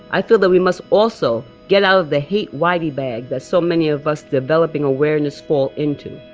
i feel that we must also get out of the hate whitey bag that so many of us developing awareness fall into.